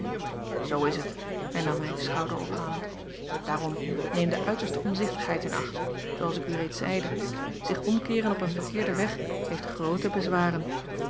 zoo is het hernam hij schouderophalend daarom neem de uiterste omzichtigheid in acht zooals ik u reeds zeide zich omkeeren op een verkeerden weg heeft groote bezwaren